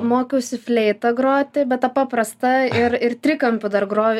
mokiausi fleita groti bet ta paprasta ir ir trikampiu dar groj